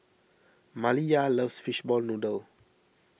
Maliyah loves Fishball Noodle